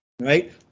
right